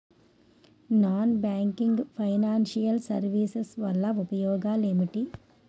Non banking financial services వల్ల ఉపయోగాలు ఎంటి?